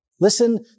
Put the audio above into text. Listen